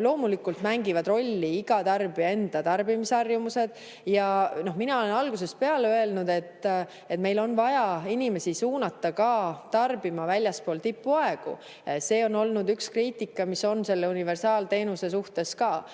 Loomulikult mängivad rolli ka iga tarbija tarbimisharjumused. Mina olen algusest peale öelnud, et meil on vaja inimesi suunata tarbima ka väljaspool tipuaegu. See on olnud üks kriitika, mis on selle universaalteenuse suhtes ka.